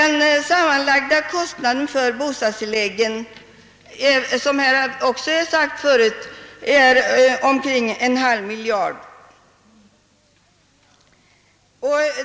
Den sammanlagda kostnaden för bostadstilläggen är — såsom här också nämnts förut — omkring !/2 miljard kronor.